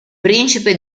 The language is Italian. principe